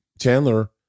chandler